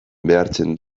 behartzen